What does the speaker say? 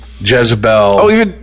Jezebel